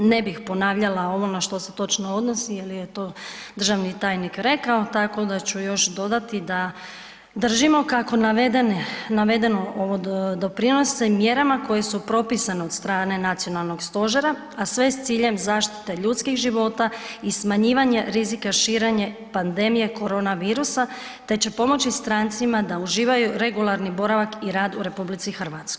Ne bih ponavljala ono na što se točno odnosi jel je to državni tajnik rekao, tako da ću još dodati da držimo kako navedeno doprinose mjerama koje su propisane od strane Nacionalnog stožera, a sve s ciljem zaštite ljudskih života i smanjivanje rizika širenja pandemije korona virusa te će pomoći strancima da uživaju regularni boravak i rad u RH.